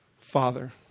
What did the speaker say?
Father